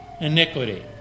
Iniquity